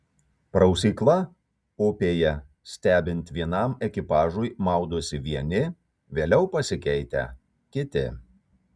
prausykla upėje stebint vienam ekipažui maudosi vieni vėliau pasikeitę kiti